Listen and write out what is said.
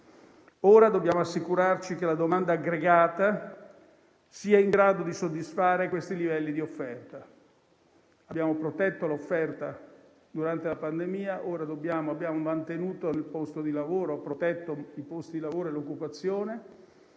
ora dobbiamo assicurarci che la domanda aggregata sia in grado di soddisfare questi livelli di offerta. Abbiamo protetto l'offerta durante la pandemia, mantenuto e protetto i posti di lavoro e l'occupazione